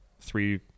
three